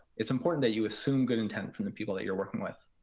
it's important that you assume good intent from the people that you're working with.